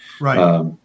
Right